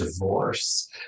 divorce